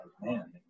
man